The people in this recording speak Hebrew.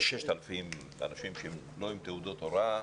כ-6,000 אנשים שהם לא עם תעודות הוראה.